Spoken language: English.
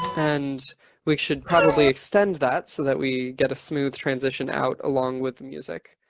and we should probably extend that so that we get a smooth transition out along with music.